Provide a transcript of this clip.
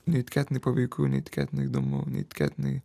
neįtikėtinai paveiku neįtikėtinai įdomu neįtikėtinai